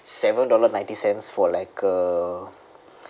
seven dollar ninety cents for like a